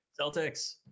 celtics